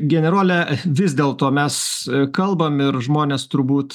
generole vis dėl to mes kalbam ir žmonės turbūt